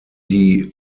die